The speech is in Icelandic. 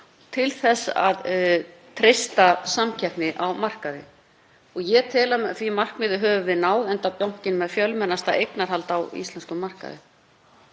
til þess að treysta samkeppni á markaði. Ég tel að því markmiði höfum við náð, enda bankinn með fjölmennasta eignarhaldið á íslenskum markaði.